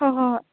ꯍꯣꯏ ꯍꯣꯏ ꯍꯣꯏ